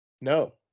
No